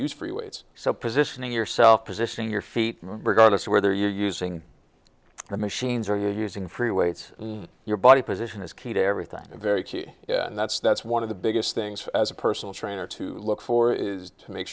so positioning yourself positioning your feet regardless of whether you're using machines or using free weights in your body position is key to everything very key yeah and that's that's one of the biggest things as a personal trainer to look for is to make